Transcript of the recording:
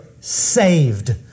saved